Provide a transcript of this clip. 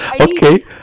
okay